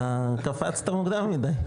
אתה קפצת מקודם מידי,